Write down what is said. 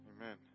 Amen